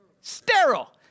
sterile